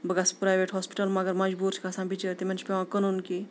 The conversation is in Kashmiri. بہٕ گژھٕ پرٛیویٹ ہاسپِٹل مگر مَجبوٗر چھِ گژھان بِچٲرۍ تِمَن چھِ پٮ۪وان کٕنُن کینٛہہ